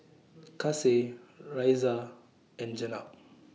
Kasih Raisya and Jenab